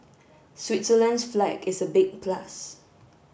Switzerland's flag is a big plus